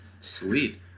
sweet